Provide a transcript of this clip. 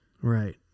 Right